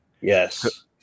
yes